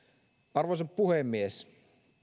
arvoisa puhemies